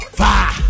fire